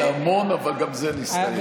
זה המון אבל גם זה הסתיים.